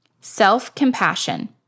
Self-compassion